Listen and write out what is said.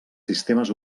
sistemes